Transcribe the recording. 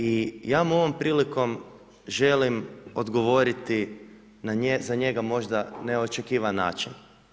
I ja mu ovom prilikom želim odgovoriti, za njega možda neočekivan način.